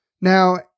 Now